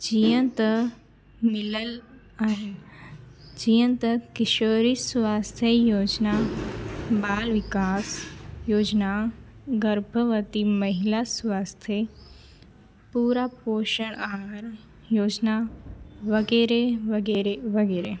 जीअं त मिल्यल आहे जीअं त किशोरी स्वास्थ्य ई योजिना बाल विकास योजिना गर्भवती महिला स्वास्थ्य पुरा पोशण आहार योजिना वग़ैरह वग़ैरह वग़ैरह